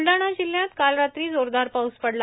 ब्लडाणा जिल्ह्यात काल रात्री जोरदार पाऊस पडला